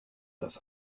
dass